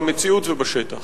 במציאות ובשטח?